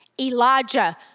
Elijah